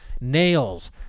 Nails